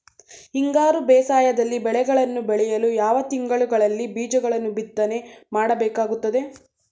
ಹಿಂಗಾರು ಬೇಸಾಯದಲ್ಲಿ ಬೆಳೆಗಳನ್ನು ಬೆಳೆಯಲು ಯಾವ ತಿಂಗಳುಗಳಲ್ಲಿ ಬೀಜಗಳನ್ನು ಬಿತ್ತನೆ ಮಾಡಬೇಕಾಗುತ್ತದೆ?